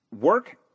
work